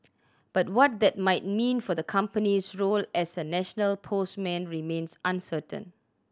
but what that might mean for the company's role as a national postman remains uncertain